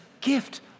gift